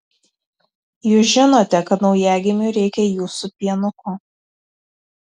jūs žinote kad naujagimiui reikia jūsų pienuko